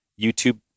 YouTube